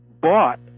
bought